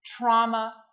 trauma